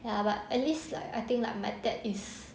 ya but at least like I think like my dad is